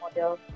model